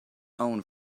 own